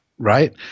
Right